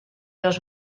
los